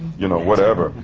you know, whatever,